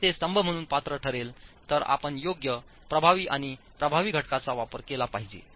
जर ते स्तंभ म्हणून पात्र ठरले तर आपण योग्य प्रभावी आणि प्रभावी घटकांचा वापर केला पाहिजे